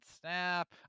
snap